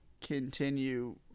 continue